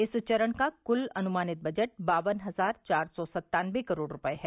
इस चरण का कुल अनुमानित बजट बावन हजार चार सौ सन्तानबे करोड़ रुपये है